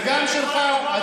וגם שלך.